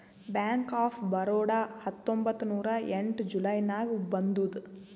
bank of Baroda ಹತ್ತೊಂಬತ್ತ್ ನೂರಾ ಎಂಟ ಜುಲೈ ನಾಗ್ ಬಂದುದ್